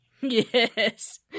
Yes